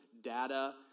data